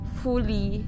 fully